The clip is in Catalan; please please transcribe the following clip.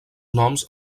noms